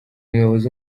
umuyobozi